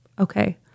okay